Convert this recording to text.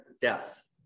death